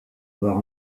war